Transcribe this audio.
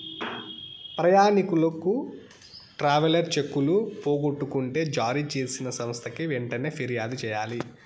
ప్రయాణికులు ట్రావెలర్ చెక్కులు పోగొట్టుకుంటే జారీ చేసిన సంస్థకి వెంటనే ఫిర్యాదు చెయ్యాలి